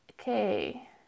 okay